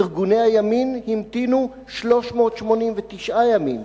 ארגוני הימין המתינו 389 ימים.